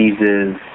diseases